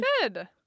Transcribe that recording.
Good